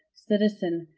citizen,